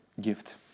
gift